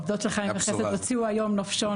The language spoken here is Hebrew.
עובדות של חיים וחסד הוציאו היום נופשון